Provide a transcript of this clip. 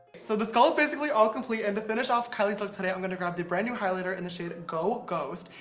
so the skull basically all complete and to finish off kylie's look today i'm going to grab the brand new highlighter in the shade go ghost.